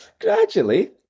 Gradually